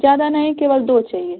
ज़्यादा नहीं केवल दो चाहिए